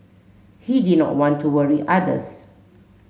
he did not want to worry others